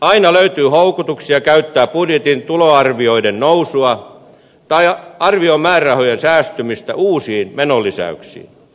aina löytyy houkutuksia käyttää budjetin tuloarvioiden nousua tai arviomäärärahojen säästymistä uusiin menolisäyksiin